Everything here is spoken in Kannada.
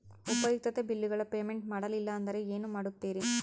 ಉಪಯುಕ್ತತೆ ಬಿಲ್ಲುಗಳ ಪೇಮೆಂಟ್ ಮಾಡಲಿಲ್ಲ ಅಂದರೆ ಏನು ಮಾಡುತ್ತೇರಿ?